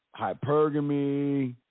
hypergamy